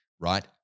Right